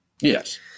Yes